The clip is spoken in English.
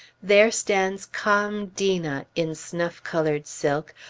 there stands calm dena in snuff-colored silk,